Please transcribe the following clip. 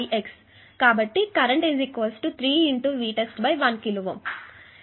కాబట్టి కరెంట్ 3 1 కిలోΩ